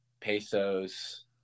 pesos